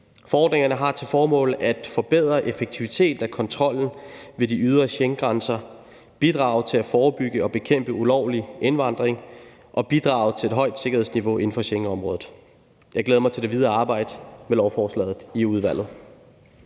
Forordningerne har til formål at forbedre effektiviteten af kontrollen ved de ydre Schengengrænser, bidrage til at forebygge og bekæmpe ulovlig indvandring og bidrage til et højt sikkerhedsniveau inden for Schengenområdet. Jeg glæder mig til det videre arbejde med lovforslaget i udvalget.